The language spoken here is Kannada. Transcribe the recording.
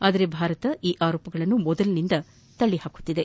ಆದರೆ ಭಾರತ ಈ ಆರೋಪಗಳನ್ನು ಮೊದಲಿನಿಂದಲೂ ತಳ್ಳಿಹಾಕುತ್ತಿದೆ